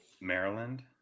maryland